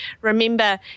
remember